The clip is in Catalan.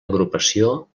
agrupació